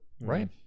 Right